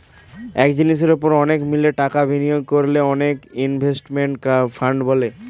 এক জিনিসের উপর অনেকে মিলে টাকা বিনিয়োগ করলে তাকে ইনভেস্টমেন্ট ফান্ড বলে